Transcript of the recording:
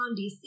DC